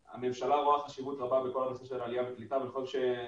הממשלה רואה חשיבות רבה בכל הנושא של עלייה וקליטה וזה הומחש